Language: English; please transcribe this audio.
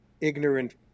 ignorant